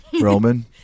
Roman